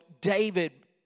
David